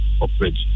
operate